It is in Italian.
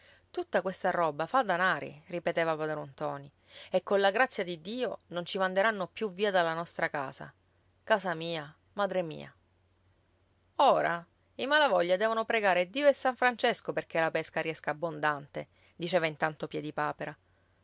tutta questa roba fa danari ripeteva padron ntoni e colla grazia di dio non ci manderanno più via dalla nostra casa casa mia madre mia ora i malavoglia devono pregare dio e san francesco perché la pesca riesca abbondante diceva intanto